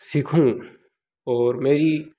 सीखूँ और मेरी